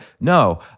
No